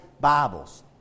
Bibles